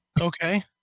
Okay